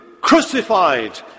crucified